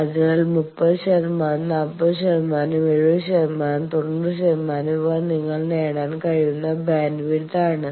അതിനാൽ 30 ശതമാനം 40 ശതമാനം 70 ശതമാനം 90 ശതമാനം ഇവ നിങ്ങൾ നേടാൻ കഴിയുന്ന ബാൻഡ്വിഡ്ത്ത് ആണ്